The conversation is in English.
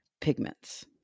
pigments